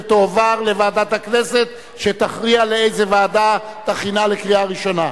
ותועבר לוועדת הכנסת על מנת שתכריע איזו ועדה תכין אותה לקריאה ראשונה.